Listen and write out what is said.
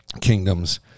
kingdoms